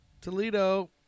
Toledo